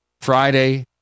Friday